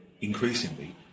increasingly